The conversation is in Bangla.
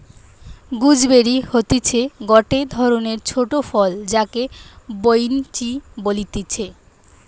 গুজবেরি হতিছে গটে ধরণের ছোট ফল যাকে বৈনচি বলতিছে